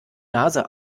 nase